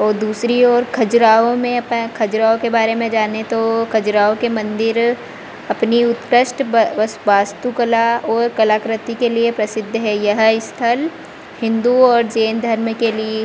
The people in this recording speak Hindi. और दूसरी ओर खजुराहो में अपन खजुराहो के बारे में जानें तो खजुराहो के मंदिर अपनी उत्कृष्ट बस बस वास्तुकला और कलाकृति के लिए प्रसिद्ध है यह स्थल हिन्दू और जैन धर्म के लिए